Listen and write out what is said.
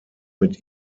mit